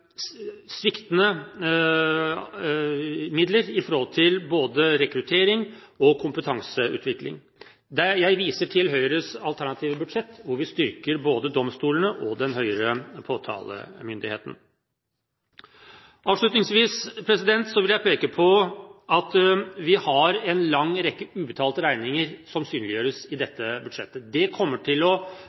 sviktende midler til både rekruttering og kompetanseutvikling. Jeg viser til Høyres alternative budsjett, hvor vi styrker både domstolene og den høyere påtalemyndigheten. Avslutningsvis vil jeg peke på at vi har en lang rekke ubetalte regninger som synliggjøres i dette budsjettet. Det kommer til